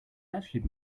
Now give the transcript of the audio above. actually